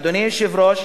אדוני היושב-ראש,